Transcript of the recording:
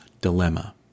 dilemma